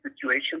situation